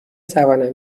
توانم